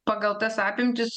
pagal tas apimtis